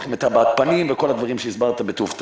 צריכים לראות את הבעת הפנים וכל הדברים שהסברת בטוב טעם.